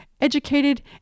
educated